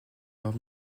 leur